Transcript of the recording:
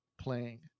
playing